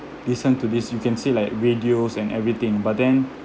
listen to this you can say like radios and everything but then